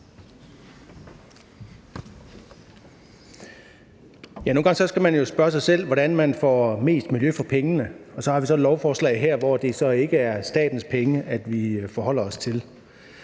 Nogle gange skal man jo spørge sig selv, hvordan man får mest miljø for pengene. Og så har vi så et lovforslag her, hvor det så ikke er statens penge, vi forholder os til.